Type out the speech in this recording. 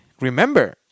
remember